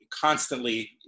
constantly